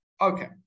Okay